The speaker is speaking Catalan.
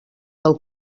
del